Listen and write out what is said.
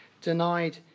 denied